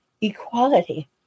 equality